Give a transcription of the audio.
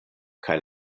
kaj